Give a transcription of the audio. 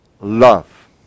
love